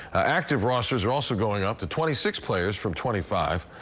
active rosters are also going up to twenty six players from twenty five.